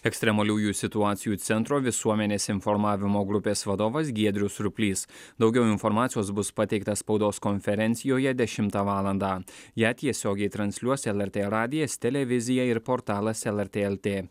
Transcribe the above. ekstremaliųjų situacijų centro visuomenės informavimo grupės vadovas giedrius surplys daugiau informacijos bus pateikta spaudos konferencijoje dešimtą valandą ją tiesiogiai transliuos lrt radijas televizija ir portalas lrt lt